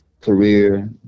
career